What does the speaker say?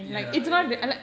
ya ya ya